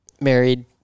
married